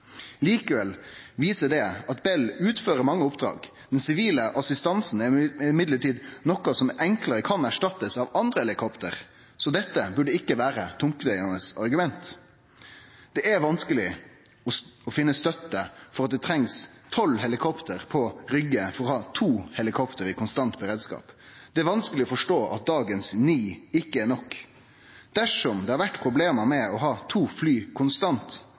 Likevel viser det at Bell utfører mange oppdrag. Den sivile assistansen er likevel noko som enklare kan erstattast av andre helikopter, så dette burde ikkje vere tungtvegande argument. Det er vanskeleg å finne støtte for at ein treng tolv helikopter på Rygge for å ha to helikopter i konstant beredskap. Det er vanskeleg å forstå at dagens ni ikkje er nok. Dersom det har vore problem med å ha to fly konstant